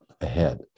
ahead